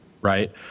right